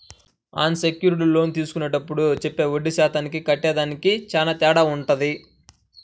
అన్ secured లోన్లు తీసుకునేప్పుడు చెప్పే వడ్డీ శాతానికి కట్టేదానికి చానా తేడా వుంటది